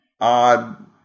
odd